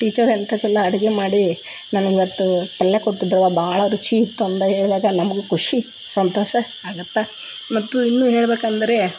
teacher ಎಂಥ ಚಲೋ ಅಡುಗೆ ಮಾಡಿ ನಾನು ಇವತ್ತು ಪಲ್ಯ ಕೊಟ್ಟಿದ್ರವ್ವ ಭಾಳ ರುಚಿ ಇತ್ತು ಅಂದು ಹೇಳಿದಾಗ ನಮಗೂ ಖುಷಿ ಸಂತೋಷ ಆಗುತ್ತೆ ಮತ್ತು ಇನ್ನೂ ಹೇಳಬೇಕಂದ್ರೆ